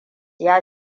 ya